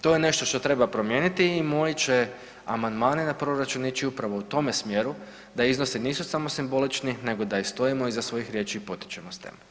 To je nešto što treba promijeniti i moji će amandmani na proračun ići upravo u tome smjeru da iznosi nisu samo simbolični nego da i stojimo iza svojih riječi i potičemo iste.